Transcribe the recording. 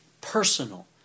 personal